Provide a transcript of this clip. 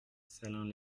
salins